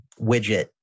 widget